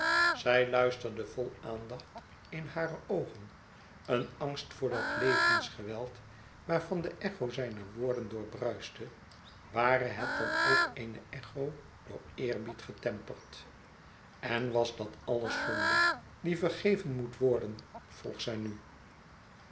zij luisterde vol aandacht in hare oogen een angst voor dat levensgeweld waarvan de echo zijne woorden doorbruiste ware het dan ook eene echo door eerbied getemperd en was dat alles zonde die vergeven moet worden vroeg zij nu